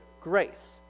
grace